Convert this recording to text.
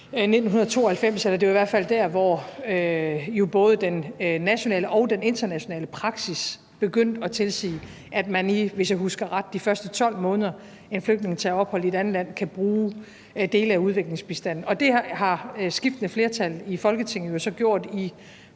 1992 – eller det var i hvert fald der, hvor både den nationale og den internationale praksis begyndte at tilsige, at man, hvis jeg husker ret, i de første 12 måneder en flygtning tager ophold i et andet land, kan bruge dele af udviklingsbistanden. Og det har skiftende flertal i Folketinget jo